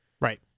Right